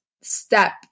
step